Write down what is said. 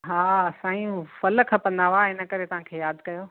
हा सांई फ़ल खपंदा हुवा इन करे तव्हांखे यादि कयो